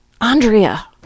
Andrea